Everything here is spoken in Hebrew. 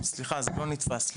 סליחה, זה לא נתפס לי.